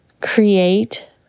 create